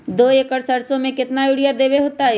दो एकड़ सरसो म केतना यूरिया देब बताई?